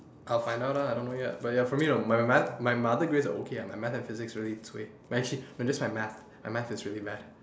I'll find out ah I don't know yet but ya for me my math my other grades are okay my math and physics are really cui but actually no it's just my math my math is really bad